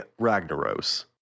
Ragnaros